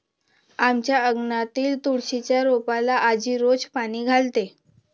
आमच्या अंगणातील तुळशीच्या रोपाला आजी रोज पाणी घालते